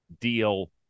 deal